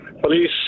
Police